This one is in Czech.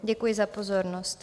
Děkuji za pozornost.